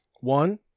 One